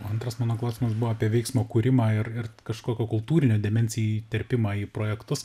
o antras mano klausimas buvo apie veiksmo kūrimą ir ir kažkokio kultūrinio demencijai įterpimą į projektus